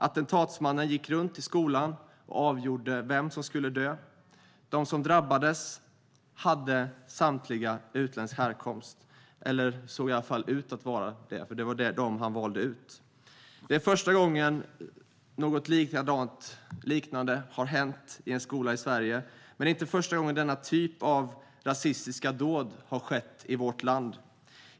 Attentatsmannen gick runt i skolan och avgjorde vem som skulle dö. De som drabbades hade samtliga utländsk härkomst eller såg i varje fall ut att vara av utländsk härkomst. Det var dem han valde ut. De är första gången något liknande har hänt i en skola i Sverige, men det är inte första gången denna typ av rasistiska dåd har skett i vårt land.